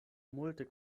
multe